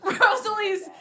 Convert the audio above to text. Rosalie's